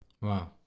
Wow